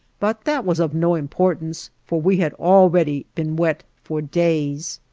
but that was of no importance, for we had already been wet for days.